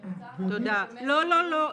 אני רוצה --- לא, לא.